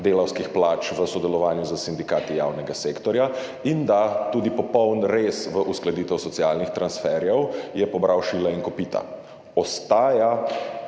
delavskih plač v sodelovanju s sindikati javnega sektorja, in da, tudi popoln rez v uskladitev socialnih transferjev je pobral šila in kopita.